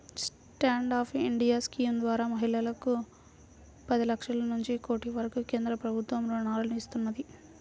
stand up India scheme ద్వారా మహిళలకు పది లక్షల నుంచి కోటి వరకు కేంద్ర ప్రభుత్వం రుణాలను ఇస్తున్నది